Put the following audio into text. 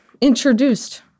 introduced